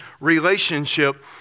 relationship